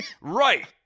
Right